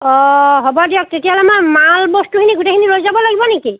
অ' হ'ব দিয়ক তেতিয়াহ'লে মই মালবস্তুখিনি গোটেইখিনি লৈ যাব লাগিব নেকি